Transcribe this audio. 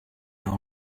all